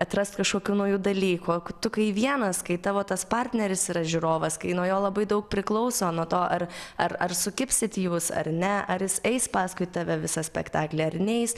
atrast kažkokių naujų dalykų o tu kai vienas kai tavo tas partneris yra žiūrovas kai nuo jo labai daug priklauso nuo to ar ar sukibsit ar ne ar jis eis paskui tave visą spektaklį ar neis